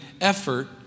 effort